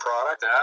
product